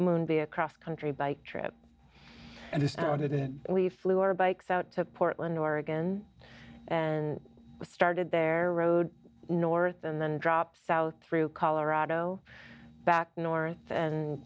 be a cross country bike trip and it sounded and we flew our bikes out to portland oregon and started their road north and then dropped south through colorado back north and